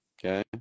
Okay